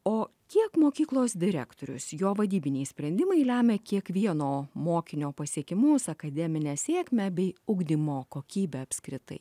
o kiek mokyklos direktorius jo vadybiniai sprendimai lemia kiekvieno mokinio pasiekimus akademinę sėkmę bei ugdymo kokybę apskritai